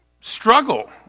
struggle